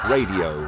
Radio